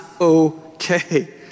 okay